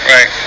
Right